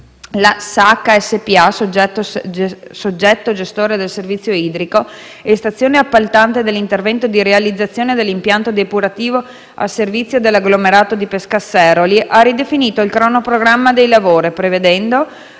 La SACA SpA, soggetto gestore del servizio idrico integrato, e stazione appaltante dell'intervento di realizzazione dell'impianto depurativo a servizio dell'agglomerato di Pescasseroli, ha ridefinito il cronoprogramma dei lavori, prevedendo